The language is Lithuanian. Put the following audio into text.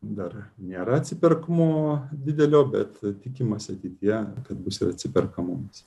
dar nėra atsiperkamumo didelio bet tikimasi ateityje kad bus ir atsiperkamumas